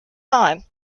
time